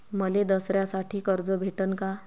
मले दसऱ्यासाठी कर्ज भेटन का?